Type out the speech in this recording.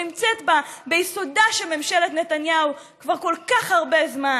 שנמצאת ביסודה של ממשלת נתניהו כבר כל כך הרבה זמן.